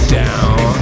down